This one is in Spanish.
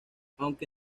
aunque